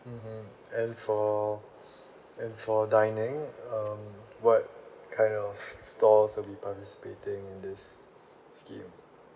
mmhmm and for and for dining um what kind of stores will be participating in this scheme